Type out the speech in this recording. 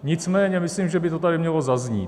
Nicméně myslím, že by to tady mělo zaznít.